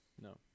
No